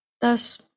Thus